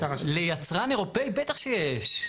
ליצרן אירופי בטח שיש.